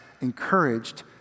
encouraged